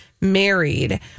married